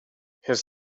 his